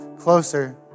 closer